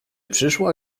przyszła